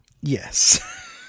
Yes